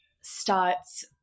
starts